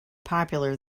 popular